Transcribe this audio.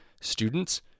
students